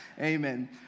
Amen